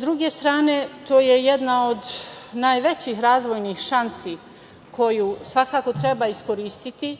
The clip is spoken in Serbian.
druge strane, to je jedna od najvećih razvojni šansi koju svakako treba iskoristiti,